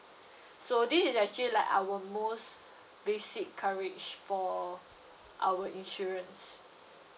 so this is actually like our most basic coverage for our insurance